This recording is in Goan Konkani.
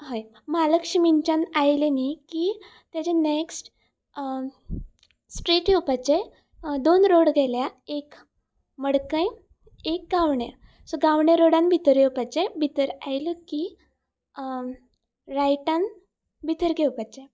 हय म्हालक्ष्मीच्यान आयले न्ही की तेजे नेक्स्ट स्ट्रीट येवपाचे दोन रोड गेल्या एक मडकय एक गांवणे सो गांवणे रोडान भितर येवपाचे भितर आयले की रायटान भितर घेवपाचें